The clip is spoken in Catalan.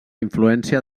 influència